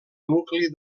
nucli